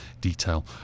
detail